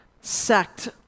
sect